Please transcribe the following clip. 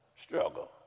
struggle